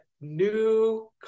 new